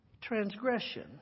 transgression